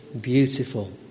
beautiful